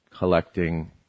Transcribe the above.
collecting